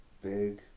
big